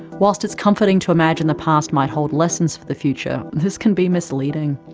while it is comforting to imagine the past might hold lessons for the future, this can be misleading.